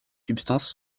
substances